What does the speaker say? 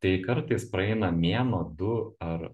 tai kartais praeina mėnuo du ar